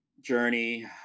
journey